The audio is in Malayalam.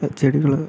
ചെടികള്